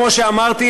כמו שאמרתי,